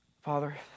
Father